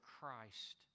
Christ